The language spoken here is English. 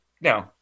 No